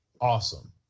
awesome